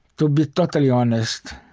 to be totally honest,